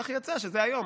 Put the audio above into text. כך יצא שזה היום,